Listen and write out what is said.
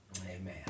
Amen